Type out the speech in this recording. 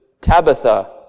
Tabitha